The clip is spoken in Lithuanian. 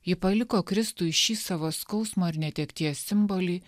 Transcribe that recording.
ji paliko kristui šį savo skausmo ir netekties simbolį